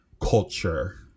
culture